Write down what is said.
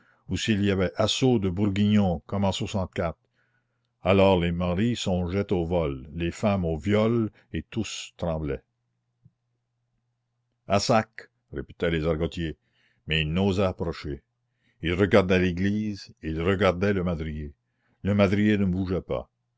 s'il y avait assaut de bourguignons comme en alors les maris songeaient au vol les femmes au viol et tous tremblaient à sac répétaient les argotiers mais ils n'osaient approcher ils regardaient l'église ils regardaient le madrier le madrier ne bougeait pas